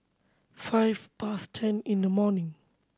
five past ten in the morning